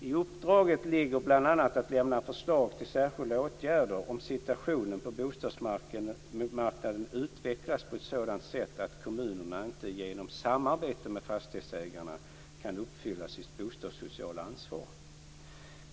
I uppdraget ligger bl.a. att lämna förslag till särskilda åtgärder om situationen på bostadsmarknaden utvecklas på sådant sätt att kommunerna inte genom samarbete med fastighetsägarna kan uppfylla sitt bostadssociala ansvar.